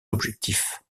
objectifs